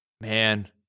Man